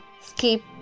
skip